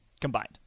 combined